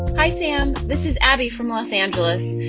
hi, sam. this is abby from los angeles.